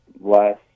last